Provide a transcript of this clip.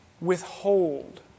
withhold